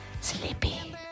Sleepy